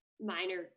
minor